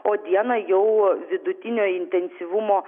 o dieną jau vidutinio intensyvumo